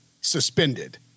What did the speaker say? suspended